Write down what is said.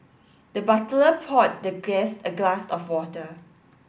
the butler poured the guest a glass of water